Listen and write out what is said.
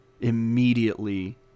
immediately